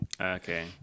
Okay